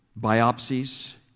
biopsies